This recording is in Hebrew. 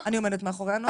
אני עומדת מאחורי הנוסח הזה.